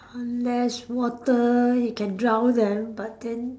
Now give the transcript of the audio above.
unless water you can drown them but then